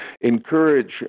encourage